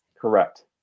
Correct